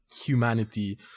humanity